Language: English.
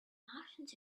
martians